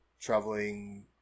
traveling